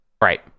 Right